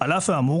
האמור,